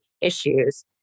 issues